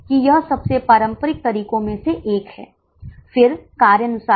तो सम विच्छेद बिंदु कितना होगा क्या यह 12000 भागे 392 होगा